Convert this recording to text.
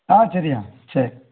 ஆ சரிய்யா சரி